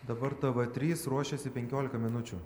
dabar tv trys ruošiasi penkiolika minučių